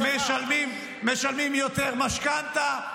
-- משלמים יותר משכנתה.